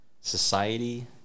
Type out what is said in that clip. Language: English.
Society